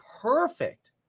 perfect